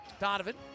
Donovan